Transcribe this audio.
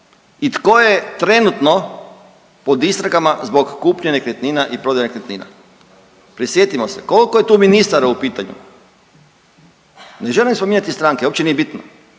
i tko je trenutno pod istragama zbog kupnje nekretnina i prodaje nekretnina. Prisjetimo se koliko je tu ministara u pitanju. Ne želim spominjati stranke, uopće nije bitno,